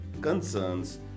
concerns